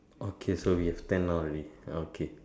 okay so we have ten now already okay